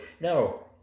No